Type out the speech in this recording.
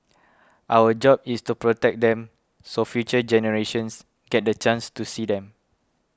our job is to protect them so future generations get the chance to see them